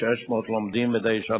הנושא שהעלית,